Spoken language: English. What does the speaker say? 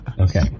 Okay